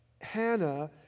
Hannah